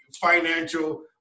financial